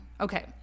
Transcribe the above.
Okay